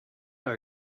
our